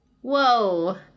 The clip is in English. Whoa